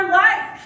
life